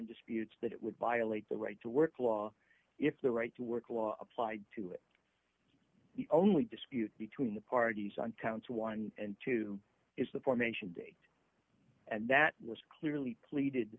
disputes that it would violate the right to work law if the right to work law applied to it the only dispute between the parties on counts one and two is the formation date and that was clearly pleaded